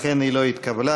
לכן, היא לא התקבלה.